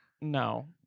No